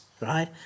right